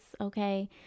okay